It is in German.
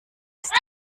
ist